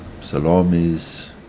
salamis